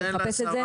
ולחפש את זה.